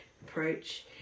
approach